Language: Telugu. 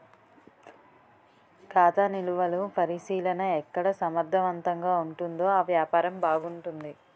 ఖాతా నిలువలు పరిశీలన ఎక్కడ సమర్థవంతంగా ఉంటుందో ఆ వ్యాపారం బాగుంటుంది